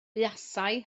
buasai